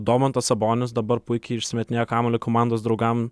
domantas sabonis dabar puikiai išsimetinėja kamuolį komandos draugam